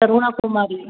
Aruna Kumari